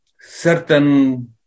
certain